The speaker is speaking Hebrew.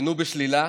נענו בשלילה.